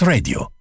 Radio